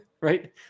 right